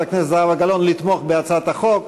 הכנסת זהבה גלאון לתמוך בהצעת החוק.